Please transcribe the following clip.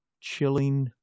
chilling